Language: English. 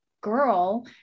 girl